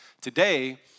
Today